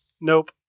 Nope